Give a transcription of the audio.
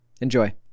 Enjoy